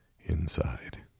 inside